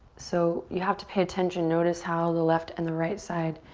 so you have to pay attention, notice how the left and the right side